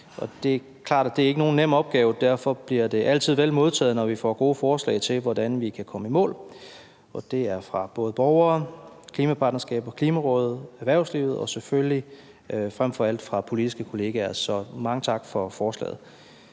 det er klart, at det ikke er nogen nem opgave. Derfor bliver det altid meget vel modtaget, når vi får gode forslag til, hvordan vi kan komme i mål. Det er fra både borgere, klimapartnerskaber, Klimarådet, erhvervslivet og selvfølgelig frem for alt fra politiske kolleger. Så mange tak for forslaget.